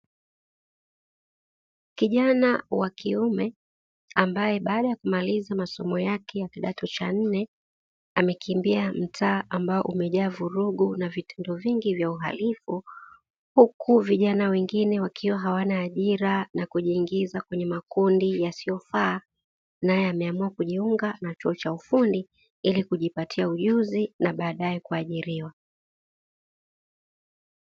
Kijana wa kiume ambaye baada ya kumaliza masomo yake ya kidato cha nne amekimbia mtaa ambao umejaa vurugu na vitendo vingi vya uhalifu, huku vijana wengine wakiwa hawana ajira na kujiingiza kwenye makundi yasiyofaa; naye ameamua kujiunga na chuo cha ufundi ili kujipatia ujuzi na baadaye kuajiriwa.